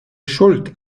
schuld